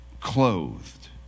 Clothed